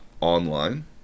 online